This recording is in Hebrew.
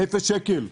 אפס שקל.